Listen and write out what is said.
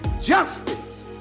justice